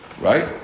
Right